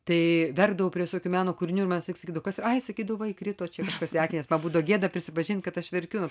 tai verkdavau prie visokių meno kūrinių ir man visąlaik sakydavo kas ai sakydavau kažkas įkrito kažkas čia į akį nes man būdavo gėda prisipažint kad aš verkiu